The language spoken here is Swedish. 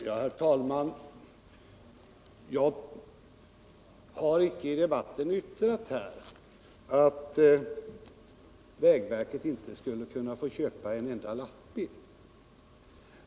Herr talman! Jag har i debatten icke yttrat att vägverket inte skulle få köpa en enda lastbil.